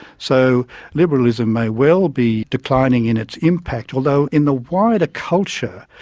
so liberalism may well be declining in its impact, although in the wider culture,